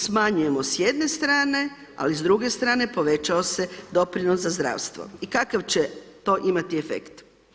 Smanjujemo s jedne strane, ali s druge strane povećao se doprinos za zdravstvo i kakav će to imati efekt?